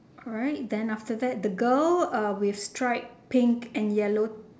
alright then after that the girl uh with striped pink and yellow